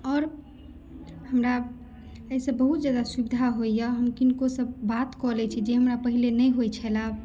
आओर हमरा एहिसऽ बहुत जगह सुविधा होइया हम किनको सॅं बात कऽ लै छी जे हमरा पहिले नहि होइ छलए